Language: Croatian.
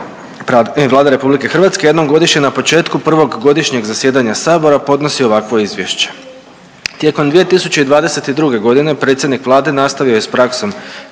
Vlade RH jednom godišnje na početku prvog godišnjeg zasjedanja sabora podnosi ovakvo izvješće. Tijekom 2022. godine predsjednik Vlade nastavio je s praksom